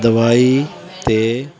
ਦਵਾਈ 'ਤੇ